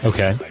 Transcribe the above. Okay